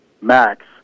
max